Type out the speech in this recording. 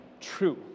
true